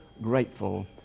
grateful